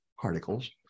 particles